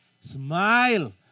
Smile